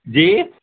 جی